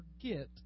forget